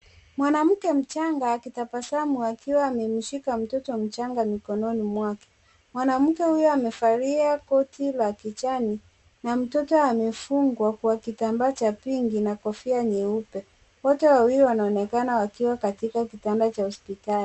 Mwanamke mchanga akitabasamu akiwa amemshika mtoto mchanga mikononi mwake, mwanamke huyu amefalia koti la kichani, na mtoto amefungwa kwa kitambaa cha pingi na kofia nyeupe, wote wawili wanaonekana wakiwa katika kitanda cha hospitali.